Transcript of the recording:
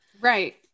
Right